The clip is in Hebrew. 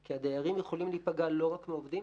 כי הדיירים יכולים להיפגע לא רק מהעובדים,